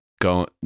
go